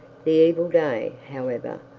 the evil day, however,